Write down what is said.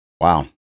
Wow